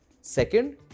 Second